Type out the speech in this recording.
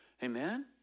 Amen